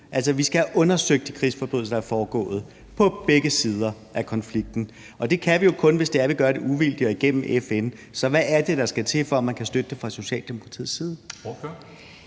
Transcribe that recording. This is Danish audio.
Altså, vi skal have undersøgt de krigsforbrydelser, der er foregået på begge sider i konflikten, og det kan vi jo kun, hvis vi gør det uvildigt og igennem FN. Så hvad er det, der skal til, for at man fra Socialdemokratiets side